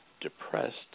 depressed